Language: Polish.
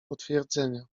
potwierdzenia